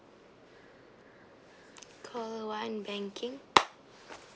call one banking